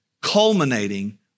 culminating